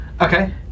Okay